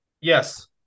Yes